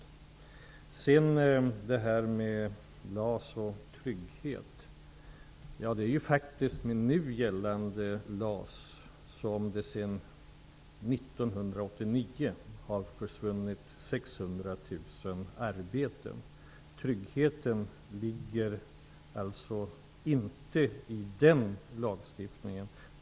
Birthe Sörestedt tar upp LAS och trygghet. Det är med nu gällande LAS som det sedan 1989 har försvunnit 600 000 arbeten. Tryggheten ligger alltså inte i den lagstiftningen.